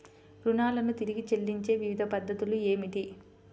రుణాలను తిరిగి చెల్లించే వివిధ పద్ధతులు ఏమిటి?